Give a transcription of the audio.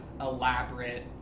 elaborate